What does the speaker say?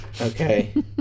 Okay